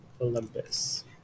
Olympus